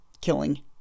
killing